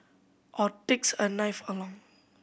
or takes a knife along